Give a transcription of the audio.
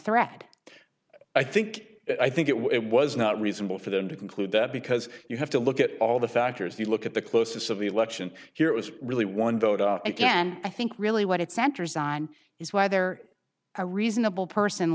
threat i think i think it was not reasonable for them to conclude that because you have to look at all the factors you look at the closest of the election here it was really one vote again i think really what it centers on is whether a reasonable person